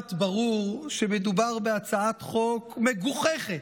בר-דעת ברור שמדובר בהצעת חוק מגוחכת,